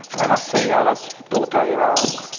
i must say i was totally wrong.